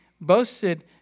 boasted